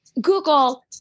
Google